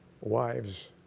wives